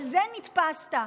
לזה נתפסת.